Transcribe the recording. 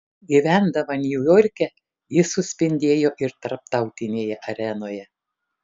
gyvendama niujorke ji suspindėjo ir tarptautinėje arenoje